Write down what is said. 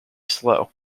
slow